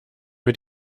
mit